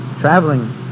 traveling